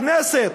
הכנסת,